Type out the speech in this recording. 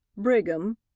Brigham